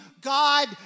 God